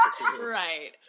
Right